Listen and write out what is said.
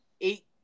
eight